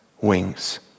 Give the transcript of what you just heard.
wings